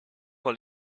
dans